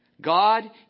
God